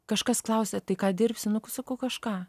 kažkas klausia tai ką dirbsi nu sakau kažką